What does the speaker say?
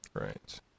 right